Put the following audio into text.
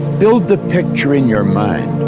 build the picture in your mind.